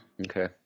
Okay